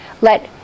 let